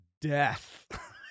death